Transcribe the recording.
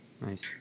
Nice